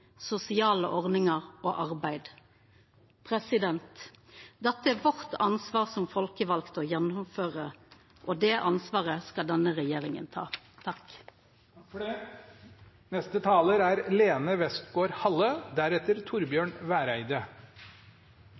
sosiale ordningar og arbeid. Dette er vårt ansvar som folkevalde å gjennomføra, og det ansvaret skal denne regjeringa ta. Etter åtte herlige år med borgerlig regjering har vi et bedre utgangspunkt for